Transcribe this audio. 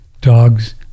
dogs